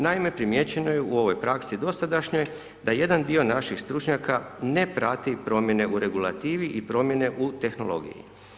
Naime, primijećeno je u ovoj praksi dosadašnjoj da jedan dio naših stručnjaka ne prati promjene u regulativi i promjene u tehnologiji.